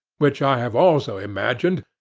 which i have also imagined,